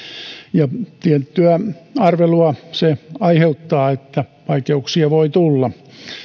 ja tiettyä arvelua se aiheuttaa että vaikeuksia voi tulla